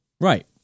Right